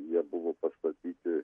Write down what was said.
jie buvo pastatyti